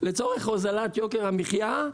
לצורך הוזלת יוקר המחיה.